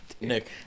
Nick